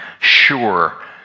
sure